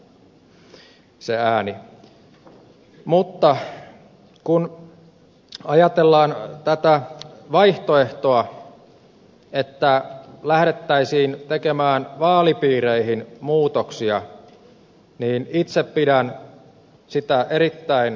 mutta kun ajatellaan tätä vaihtoehtoa että lähdettäisiin tekemään vaalipiireihin muutoksia niin itse pidän sitä erittäin pahana